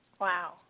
Wow